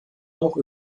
auch